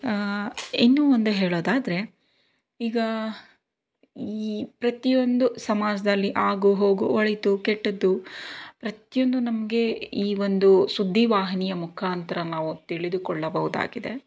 ಇನ್ನೂ ಒಂದು ಹೇಳೋದಾದ್ರೆ ಈಗ ಈ ಪ್ರತಿಯೊಂದು ಸಮಾಜದಲ್ಲಿ ಆಗು ಹೋಗು ಒಳಿತು ಕೆಟ್ಟದ್ದು ಪ್ರತಿಯೊಂದು ನಮಗೆ ಈ ಒಂದು ಸುದ್ದಿವಾಹಿನಿಯ ಮುಖಾಂತರ ನಾವು ತಿಳಿದುಕೊಳ್ಳಬಹುದಾಗಿದೆ